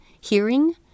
hearing